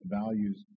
values